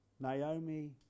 Naomi